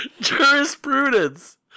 Jurisprudence